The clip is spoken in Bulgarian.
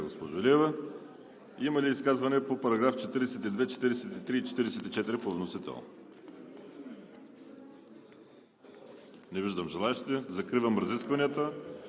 госпожо Илиева. Има ли изказвания по параграфи 42, 43 и 44 по вносител? Не виждам желаещи. Закривам разискванията.